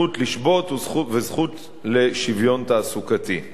זכות לשבות וזכות לשוויון תעסוקתי.